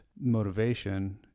motivation